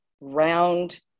round